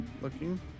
looking